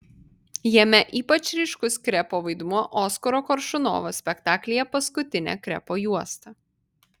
jame ypač ryškus krepo vaidmuo oskaro koršunovo spektaklyje paskutinė krepo juosta